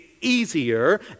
easier